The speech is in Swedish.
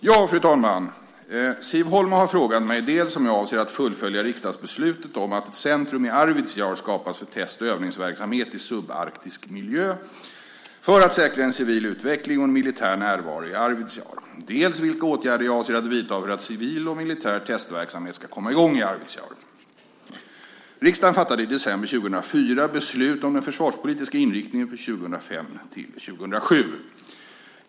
Fru talman! Siv Holma har frågat mig dels om jag avser att fullfölja riksdagsbeslutet om att ett centrum i Arvidsjaur skapas för test och övningsverksamhet i subarktisk miljö för att säkra en civil utveckling och en militär närvaro i Arvidsjaur, dels vilka åtgärder jag avser att vidta för att civil och militär testverksamhet ska komma i gång i Arvidsjaur. Riksdagen fattade i december 2004 beslut om den försvarspolitiska inriktningen för 2005-2007 .